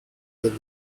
del